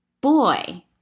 boy